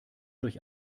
durch